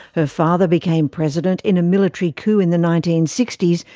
her father became president in a military coup in the nineteen sixty s,